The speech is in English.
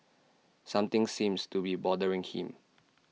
something seems to be bothering him